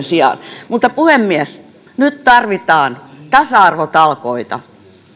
sijaan puhemies nyt tarvitaan tasa arvotalkoita